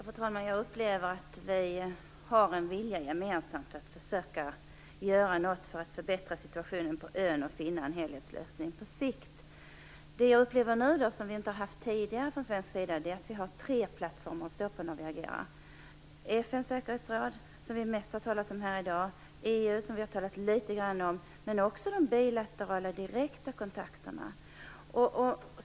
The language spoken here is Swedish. Fru talman! Jag upplever att vi har en gemensam vilja att försöka göra något för att förbättra situationen på ön och finna en helhetslösning på sikt. Som jag ser det har vi nu något vi inte tidigare har haft från svensk sida, nämligen tre plattformar att stå på när vi agerar: FN:s säkerhetsråd, som vi har talat om mest här i dag; EU, som vi har talat litet grand om; samt de bilaterala, direkta kontakterna.